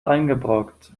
eingebrockt